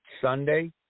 Sunday